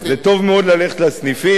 זה טוב מאוד ללכת לסניפים,